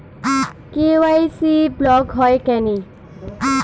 KYC block হয় কেনে?